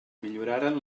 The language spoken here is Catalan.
milloraren